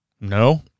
No